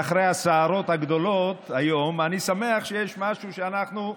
ואחרי הסערות הגדולות היום אני שמח שיש משהו שאנחנו,